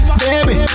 baby